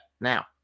now